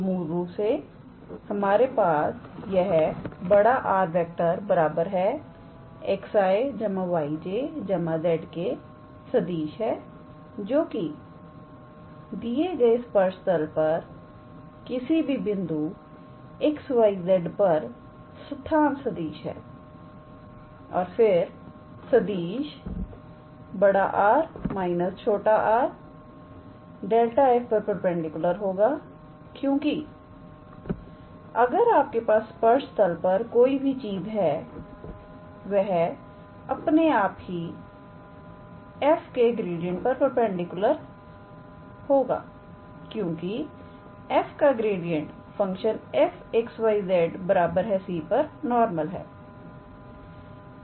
तो मूल रूप से हमारे पास यह 𝑅⃗ 𝑋𝑖̂ 𝑌𝑗̂ 𝑍𝑘̂ सदिश है जोकि दिए गए स्पर्श तल पर किसी भी बिंदु XYZ पर स्थान सदिश है और फिर सदिश 𝑅⃗ − 𝑟⃗ ⊥∇⃗ 𝑓 होगा क्योंकि अगर आपके पास स्पर्श तल पर कोई भी चीज है वह अपने आप ही f के ग्रेडिएंट पर परपेंडिकुलर होगा क्योंकि f का ग्रेडिएंट फंक्शन 𝑓𝑥 𝑦 𝑧 𝑐 पर नॉर्मल है